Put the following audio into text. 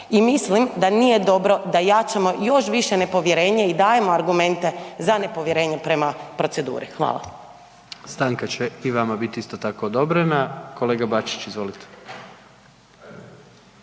mislim da nije dobro da jačamo još više nepovjerenje i dajemo argumente za nepovjerenje prema proceduri. Hvala. **Jandroković, Gordan (HDZ)** Stanka će i vama biti isto tako odobrena. Kolega Bačić, izvolite.